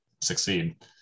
succeed